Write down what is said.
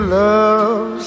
love